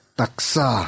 taksa